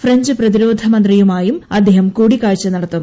French പ്രൂതിരോധ മന്ത്രിയുമായും അദ്ദേഹം കൂടിക്കാഴ്ച നടത്തും